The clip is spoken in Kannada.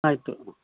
ಆಯಿತು